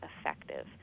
effective